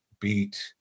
beat